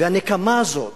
והנקמה הזאת